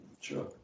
Sure